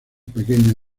pequeño